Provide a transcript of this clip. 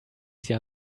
sie